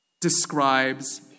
describes